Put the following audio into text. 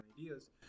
ideas